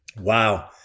Wow